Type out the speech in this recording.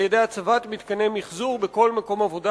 על-ידי הצבת מתקני מיחזור בכל מקום עבודה